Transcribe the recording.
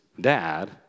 dad